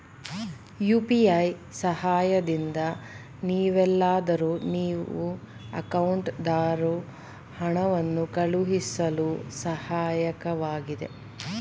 UPI ಸಹಾಯದಿಂದ ನೀವೆಲ್ಲಾದರೂ ನೀವು ಅಕೌಂಟ್ಗಾದರೂ ಹಣವನ್ನು ಕಳುಹಿಸಳು ಸಹಾಯಕವಾಗಿದೆ